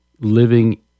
living